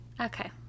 okay